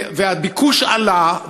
והביקוש עלה,